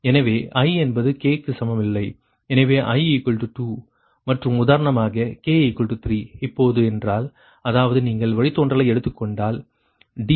எனவே i என்பது k க்கு சமமில்லை எனவே i 2 மற்றும் உதாரணமாக k 3 இப்போது என்றால் அதாவது நீங்கள் வழித்தோன்றலை எடுத்துக் கொண்டால் dP2d3